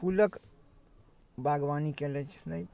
फूलके बागवानी कएने छलै